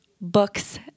books